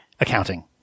accounting